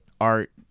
art